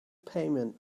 payment